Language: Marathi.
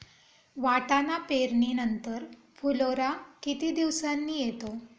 वाटाणा पेरणी नंतर फुलोरा किती दिवसांनी येतो?